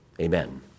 Amen